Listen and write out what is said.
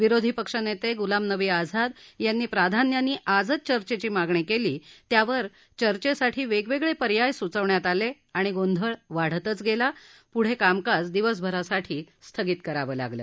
विरोधी पक्ष नेते गुलाम नबी आझाद यांनी प्राध्याने आजच चर्चेची मागणी केली त्यावर चर्चेसाठी वेगवेगळे पर्याय सुचवण्यात आले आणि गोंधळ वाढतच गेला आणि कामकाज स्थगित करण्यात आलं